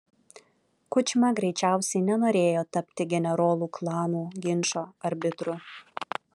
kučma greičiausiai nenorėjo tapti generolų klanų ginčo arbitru